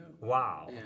Wow